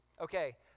Okay